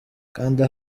kanda